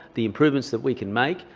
the improvements that we can make.